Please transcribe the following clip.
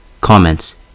Comments